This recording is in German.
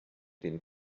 denen